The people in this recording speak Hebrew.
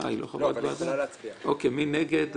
אין נמנעים,